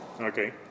Okay